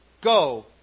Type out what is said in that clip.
go